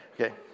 okay